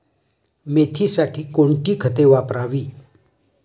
मेथीसाठी कोणती खते वापरावी?